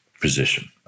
position